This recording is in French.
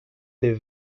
des